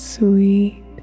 Sweet